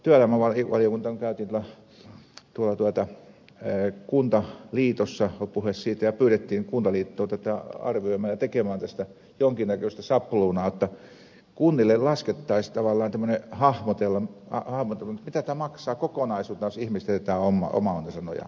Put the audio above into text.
työelämävaliokunta kun kävi tuolla kuntaliitossa oli puhe siitä ja pyydettiin kuntaliittoa tätä arvioimaan ja tekemään tästä jonkinnäköistä sapluunaa että kunnille laskettaisiin tavallaan tämmöinen hahmotelma että mitä tämä maksaa kokonaisuutena jos ihmiset jätetään oman onnensa nojaan